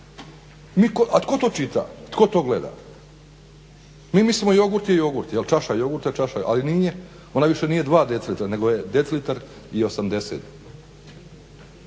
A tko to čita, tko to gleda, mi mislimo jogurt je jogurt, čaša jogurta je čaša jogurta ali nije. Ona više nije 2 dcl nego je 1,80